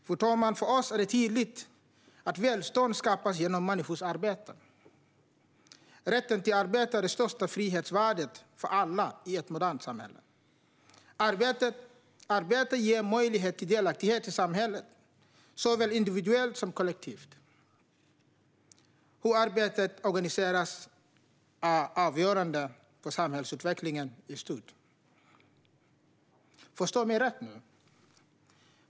Fru talman! För oss är det tydligt att välstånd skapas genom människors arbete. Rätten till arbete är det största frihetsvärdet för alla i ett modernt samhälle. Arbete ger möjlighet till delaktighet i samhället såväl individuellt som kollektivt. Hur arbetet organiseras är avgörande för samhällsutvecklingen i stort. Förstå mig rätt!